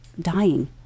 dying